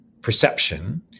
perception